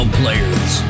players